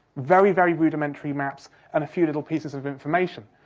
very, very rudimentary maps and a few little pieces of information.